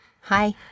Hi